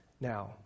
now